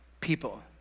people